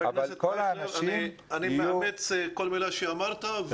אני מאמץ כל מילה שאמרת.